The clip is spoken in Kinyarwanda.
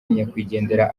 nyakwigendera